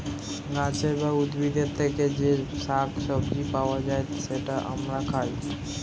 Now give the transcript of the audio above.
গাছের বা উদ্ভিদের থেকে যে শাক সবজি পাওয়া যায়, সেটা আমরা খাই